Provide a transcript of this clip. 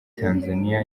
tanzania